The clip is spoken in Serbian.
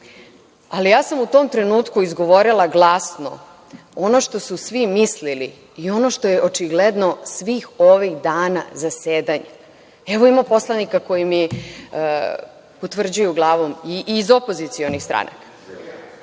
ali ja sam u tom trenutku izgovorila glasno ono što su svi mislili i ono što je očigledno svih ovih dana zasedanja. Evo, ima poslanika koji mi potvrđuju glavom i iz opozicionih stranaka. Ono